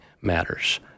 matters